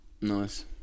Nice